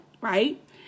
right